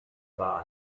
war